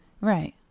Right